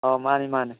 ꯑꯥꯎ ꯃꯥꯟꯅꯦ ꯃꯥꯟꯅꯦ